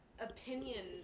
opinion